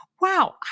Wow